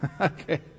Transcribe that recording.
okay